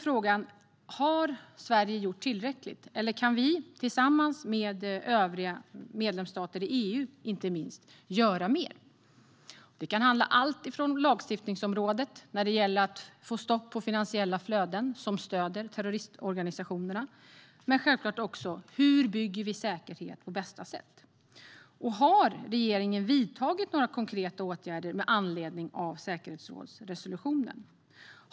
Har Sverige gjort tillräckligt? Eller kan vi tillsammans med övriga medlemsstater i EU göra mer? Det handlar om allt från att på lagstiftningsområdet få stopp på finansiella flöden som stöder terroristorganisationer till hur vi bygger säkerhet på bästa sätt. Har regeringen vidtagit några konkreta åtgärder med anledning säkerhetsrådsresolutionen?